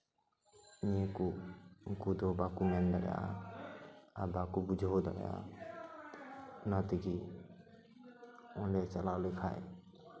ᱱᱤᱭᱟᱹ ᱠᱚ ᱩᱱᱠᱩ ᱫᱚ ᱵᱟᱠᱚ ᱢᱮᱱᱫᱟᱲᱮᱭᱟᱜᱼᱟ ᱟᱨ ᱵᱟᱠᱚ ᱵᱩᱡᱷᱟᱹᱣ ᱫᱟᱲᱮᱭᱟᱜᱼᱟ ᱚᱱᱟ ᱛᱮᱜᱮ ᱚᱸᱰᱮ ᱪᱟᱞᱟᱣ ᱞᱮᱠᱷᱟᱱ